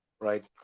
Right